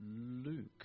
Luke